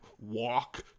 walk